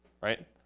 right